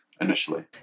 initially